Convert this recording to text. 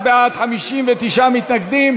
61 בעד, 59 מתנגדים.